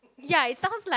ya it sounds like